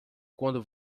quando